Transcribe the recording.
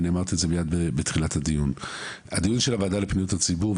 ואני אמרתי את זה מיד בתחילת הדיון: הדיון של הוועדה לפניות הציבור,